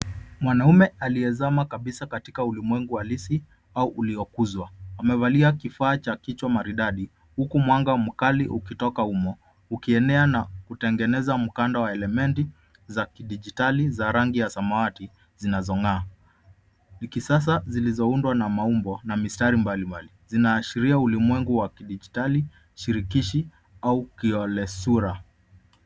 Mwanaume aliyezama kabisa katika ulimwengu halisi au uliokuzwa. Amevalia kifaa cha kichwa maridadi, huku mwanga mkali ukitoka humo ukienea na kutengeneza mkanda wa element , za kidigitali za rangi ya samawati ,zinazong'aa, za kisasa zilizoundwa na maumbo, na mistari mbalimbali zinaashiria ulimwengu wa kidigitali, shirikishi au kiolesura.